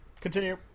Continue